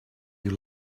you